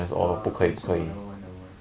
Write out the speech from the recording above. ya 不用紧 lah never mind never mind